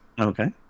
Okay